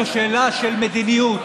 זו שאלה של מדיניות,